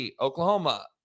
Oklahoma